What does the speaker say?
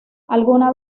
alguna